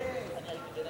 ארבע דקות.